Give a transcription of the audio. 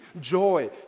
joy